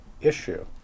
issue